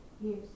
Yes